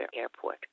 airport